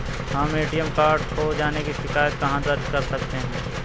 हम ATM card खो जाने की शिकायत कहाँ दर्ज कर सकते हैं?